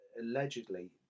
allegedly